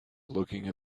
looking